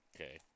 Okay